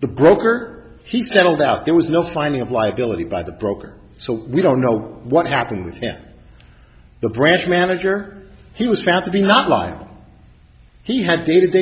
the groper he settled out there was no finding of liability by the broker so we don't know what happened with yet the branch manager he was found to be not liable he had day to day